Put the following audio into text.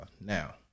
Now